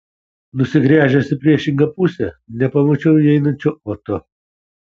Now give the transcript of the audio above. nusigręžęs į priešingą pusę nepamačiau įeinančio oto